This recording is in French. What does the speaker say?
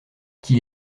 qu’il